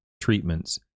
treatments